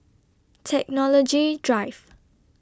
Technology Drive